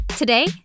Today